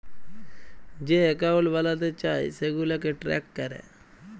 যে একাউল্ট বালাতে চায় সেগুলাকে ট্র্যাক ক্যরে